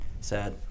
sad